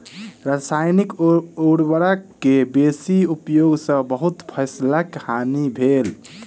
रसायनिक उर्वरक के बेसी उपयोग सॅ बहुत फसीलक हानि भेल